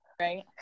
right